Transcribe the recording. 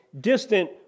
distant